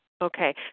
Okay